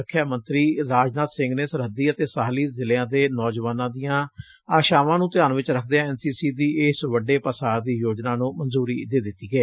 ਰੱਖਿਆ ਮੰਤਰੀ ਰਾਜਨਾਥ ਸਿੰਘ ਨੇ ਸਰਹੱਦੀ ਅਤੇ ਸਾਹਲੀ ਜਿਲਿਆਂ ਦੇ ਨੌਜਵਾਨਾਂ ਦੀਆਂ ਆਸ਼ਾਵਾਂ ਨੂੰ ਧਿਆਨ 'ਚ ਰੱਖਦਿਆਂ ਐਨ ਸੀ ਸੀ ਦੀ ਇਸ ਵੱਡੇ ਪਾਸਾਰ ਦੀ ਯੋਜਨਾ ਨੰ ਮੰਜੁਰੀ ਦੇ ਦਿੱਤੀ ਏ